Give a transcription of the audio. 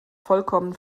vollkommen